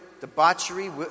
debauchery